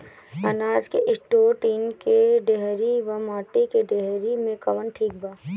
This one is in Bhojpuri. अनाज के स्टोर टीन के डेहरी व माटी के डेहरी मे कवन ठीक बा?